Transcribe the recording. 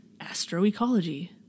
astroecology